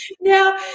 now